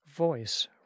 voice